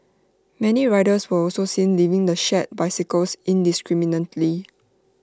many riders were also seen leaving the shared bicycles indiscriminately